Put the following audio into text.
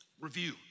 review